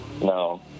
No